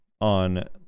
on